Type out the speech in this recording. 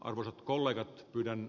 arvoisat kollegat pyydän